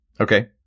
Okay